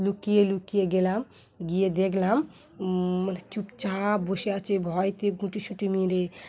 লুকিয়ে লুকিয়ে গেলাম গিয়ে দেখলাম মানে চুপচাপ বসে আছে ভয়তে গুটি সুটি মেরে